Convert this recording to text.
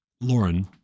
Lauren